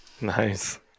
Nice